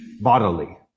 bodily